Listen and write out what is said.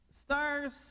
stars